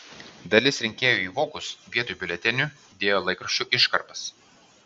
dalis rinkėjų į vokus vietoj biuletenių dėjo laikraščių iškarpas